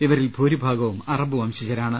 ഇവരിൽ ഭൂരിഭാഗവും അറബ് വംശജരാണ്